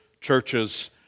churches